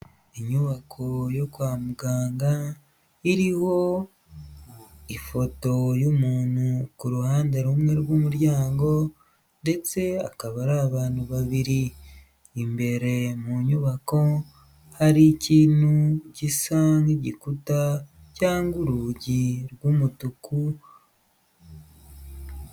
Inyubako yo kwa muganga iriho ifoto y'umuntu ku ruhande rumwe rw'umuryango, ndetse akaba ari abantu babiri, imbere mu nyubako hari ikintu gisa nk'igikuta cyangwa urugi rw'umutuku.